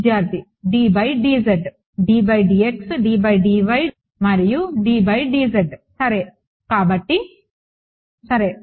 మరియు సరే